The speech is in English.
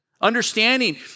Understanding